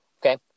okay